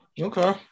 Okay